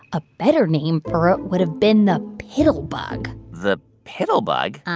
a better name for it would've been the pittlebug the pittlebug?